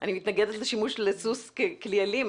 --- אני מתנגדת לשימוש לסוס ככלי אלים,